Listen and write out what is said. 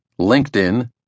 LinkedIn